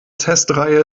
testreihe